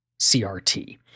CRT